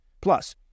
Plus